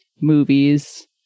movies